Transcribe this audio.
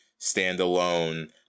standalone